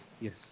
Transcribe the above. Yes